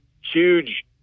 huge